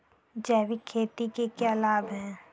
जैविक खेती के क्या लाभ हैं?